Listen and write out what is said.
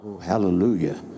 hallelujah